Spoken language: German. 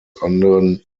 anderen